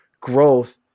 growth